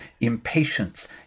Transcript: impatience